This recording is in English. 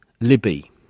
Libby